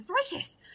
arthritis